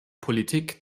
politik